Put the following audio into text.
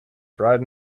bride